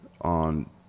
on